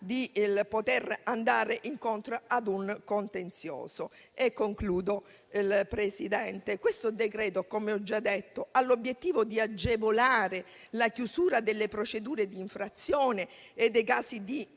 di andare incontro a un contenzioso. In conclusione, signor Presidente, questo decreto - come ho già detto - ha l'obiettivo di agevolare la chiusura delle procedure di infrazione e dei casi di